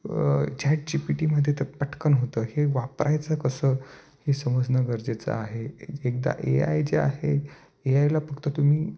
झॅट G P टीमध्ये तर पटकन होतं हे वापरायचं कसं हे समजणं गरजेचं आहे एकदा ए आय जे आहे ए आयला फक्त तुम्ही